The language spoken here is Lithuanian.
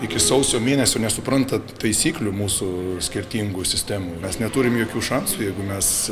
iki sausio mėnesio nesuprantat taisyklių mūsų skirtingų sistemų mes neturim jokių šansų jeigu mes